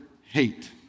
hate